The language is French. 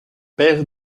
père